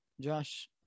Josh